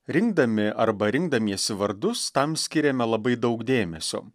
rinkdami arba rinkdamiesi vardus tam skiriame labai daug dėmesio